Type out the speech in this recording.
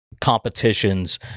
competitions